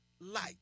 Light